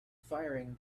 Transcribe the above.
firing